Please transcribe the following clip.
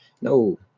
no